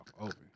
open